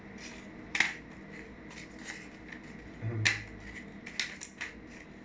mmhmm